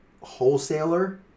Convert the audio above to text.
wholesaler